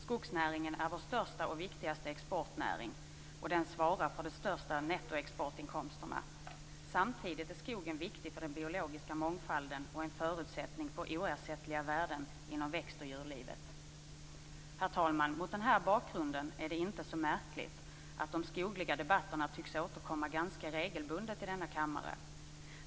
Skogsnäringen är vår största och viktigaste exportnäring och den svarar för de största nettoexportinkomsterna. Samtidigt är skogen viktig för den biologiska mångfalden och en förutsättning för oersättliga värden inom växt och djurlivet. Herr talman! Mot den här bakgrunden är det inte så märkligt att de skogliga debatterna tycks återkomma ganska regelbundet i denna kammare.